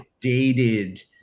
dated